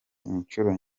inshuro